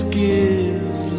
gives